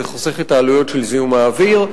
זה חוסך את העלויות של זיהום האוויר.